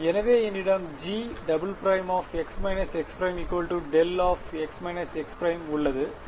எனவே என்னிடம் G′′x − x′ δx − x′ உள்ளது சரி